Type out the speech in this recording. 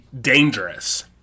dangerous